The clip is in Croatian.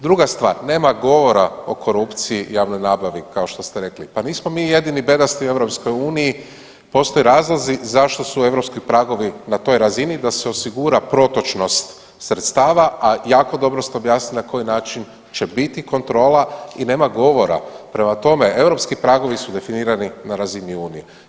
Druga stvar, nema govora o korupciji u javnoj nabavi kao što ste rekli, pa nismo mi jedini bedasti u EU, postoje razlozi zašto su europski pragovi na toj razini, da se osigura protočnost sredstava, a jako dobro ste objasnili na koji način će biti kontrola i nema govora, prema tome europski pragovi su definirani na razini unije.